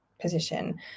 position